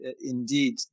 indeed